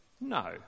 No